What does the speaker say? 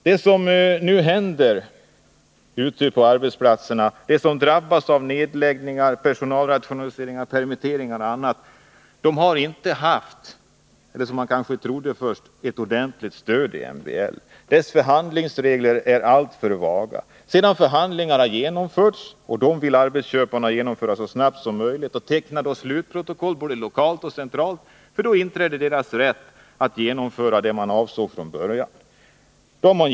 Det som nu händer på arbetsplatserna — nedläggningar, personalrationaliseringar, permitteringar och annat — sker utan ett ordentligt stöd i MBL. Dess förhandlingsregler är alltför vaga. Arbetsköparna vill genomföra förhandlingarna så snabbt som möjligt och teckna slutprotokoll lokalt och centralt för att kunna genomföra vad de från början hade tänkt sig.